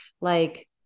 like-